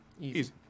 Easy